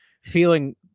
feeling